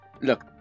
look